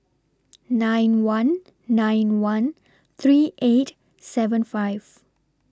nine one nine one three eight seven five